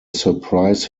surprise